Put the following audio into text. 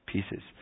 Pieces